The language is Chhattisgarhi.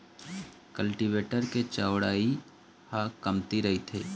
कल्टीवेटर के चउड़ई ह कमती रहिथे